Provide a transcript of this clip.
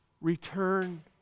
return